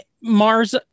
Mars